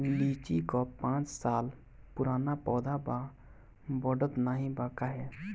लीची क पांच साल पुराना पौधा बा बढ़त नाहीं बा काहे?